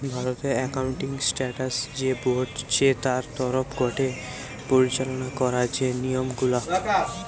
ভারতের accounting standard যে board চে তার তরফ গটে পরিচালনা করা যে নিয়ম গুলা